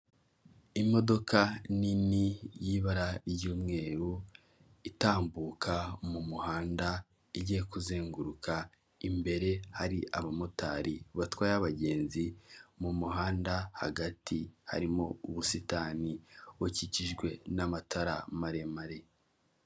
Imodoka nini y'ibara ry'umweru itambuka mu muhanda igi kuzenguruka imbere hari abamotari batwaye abagenzi mu muhanda hagati harimo ubusitani bukikijwe n'amatara maremare.